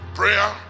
prayer